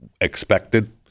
expected